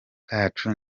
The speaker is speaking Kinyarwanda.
bwacu